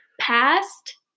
past